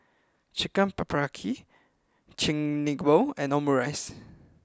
Chicken Paprikas Chigenabe and Omurice